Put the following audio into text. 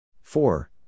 Four